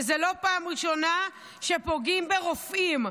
וזו לא פעם ראשונה שפוגעים ברופאים.